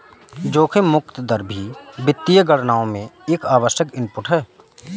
जोखिम मुक्त दर भी वित्तीय गणनाओं में एक आवश्यक इनपुट है